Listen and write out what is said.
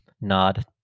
nod